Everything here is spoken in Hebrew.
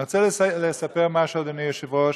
אני רוצה לספר משהו, אדוני היושב-ראש.